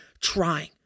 trying